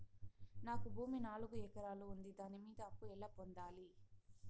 నాకు భూమి నాలుగు ఎకరాలు ఉంది దాని మీద అప్పు ఎలా పొందాలి?